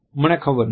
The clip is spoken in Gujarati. મને ખબર નથી